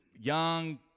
Young